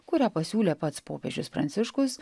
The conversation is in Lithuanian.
kurią pasiūlė pats popiežius pranciškus